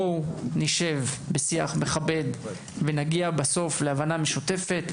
בואו נשב לנהל שיח מכבד כדי להגיע ביחד לקונצנזוס